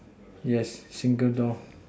yes finger dolls